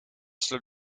sloot